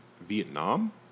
Vietnam